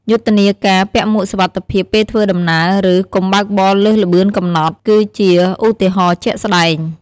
យុទ្ធនាការ "ពាក់មួកសុវត្ថិភាពពេលធ្វើដំណើរ" ឬ "កុំបើកបរលើសល្បឿនកំណត់" គឺជាឧទាហរណ៍ជាក់ស្តែង។